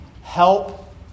help